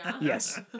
Yes